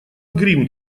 грим